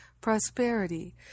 prosperity